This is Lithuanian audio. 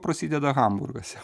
prasideda hamburgas jau